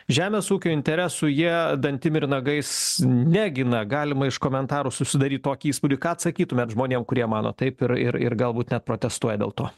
žemės ūkio interesų jie dantim ir nagais negina galima iš komentarų susidaryt tokį įspūdį ką atsakytumėt žmonėm kurie mano taip ir ir ir galbūt net protestuoja dėl to